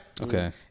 Okay